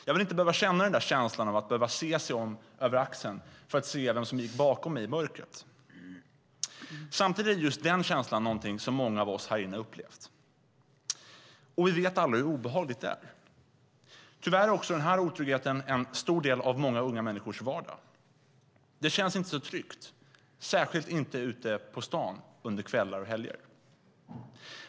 Jag ville inte behöva känna den där känslan, av att behöva se sig om över axeln för att se vem som gick bakom mig i mörkret. Samtidigt är just den känslan någonting som många av oss härinne har upplevt, och vi vet alla hur obehagligt det är. Tyvärr är också denna otrygghet en del av många ungas vardag. Det känns inte så tryggt, särskilt inte ute på stan under kvällar och helger.